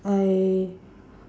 I